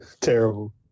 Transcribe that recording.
Terrible